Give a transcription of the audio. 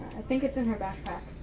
think it's in her backpack.